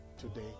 today